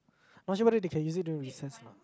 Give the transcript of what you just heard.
not sure whether they can use it during recess or not